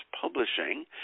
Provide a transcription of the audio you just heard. Publishing